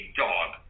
dog